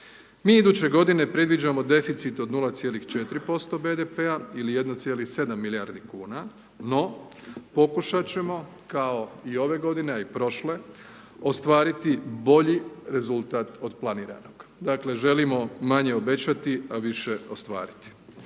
Mi iduće godine predviđamo deficit od 0,4% BDP-a ili 1,7 milijardi kuna. No, pokušati ćemo, kao i ove godine, a i prošle, ostvariti bolji rezultat od planiranog. Dakle, želimo manje obećati, a više ostvariti.